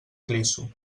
clisso